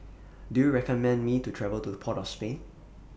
Do YOU recommend Me to travel to Port of Spain